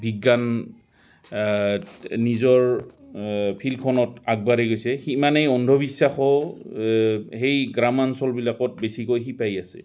বিজ্ঞান নিজৰ ফিল্ডখনত আগবাঢ়ি গৈছে সিমানেই অন্ধবিশ্বাসো সেই গ্ৰাম্যাঞ্চলবিলাকত বেছিকৈ শিপাই আছে